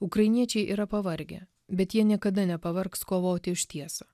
ukrainiečiai yra pavargę bet jie niekada nepavargs kovoti už tiesą